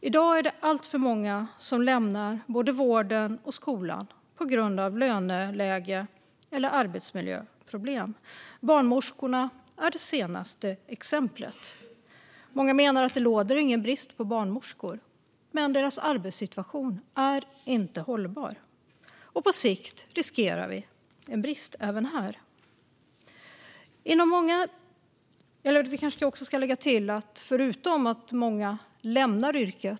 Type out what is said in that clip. I dag är det alltför många som lämnar både vården och skolan på grund av löneläge eller arbetsmiljöproblem. Barnmorskorna är det senaste exemplet. Många menar att det inte råder någon brist på barnmorskor, men deras arbetssituation är inte hållbar, och på sikt riskerar vi en brist även här.